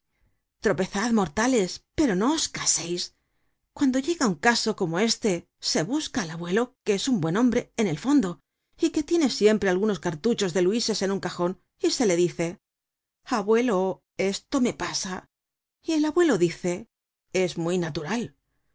tropezad mortales pero no os caseis cuando llega un caso como este se busca al abuelo que es un buen hombre en el fondo y que tiene siempre algunos cartuchos de luises en un cajon y se le dice abuelo esto me pasa y el abuelo dice es muy natural